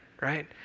right